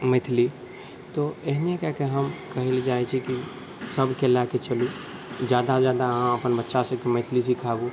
मैथिली तऽ एहनेके कऽ हम कहैलए चाहै छी कि सबके लऽ कऽ चलू ज्यादासँ ज्यादा अहाँ अपन बच्चासबके मैथिली सिखाबू